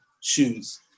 shoes